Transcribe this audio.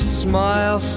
smile